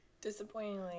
disappointingly